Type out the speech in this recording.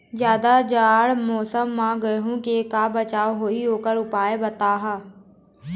जादा जाड़ा मौसम म गेहूं के का बचाव होही ओकर उपाय बताहा?